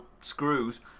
screws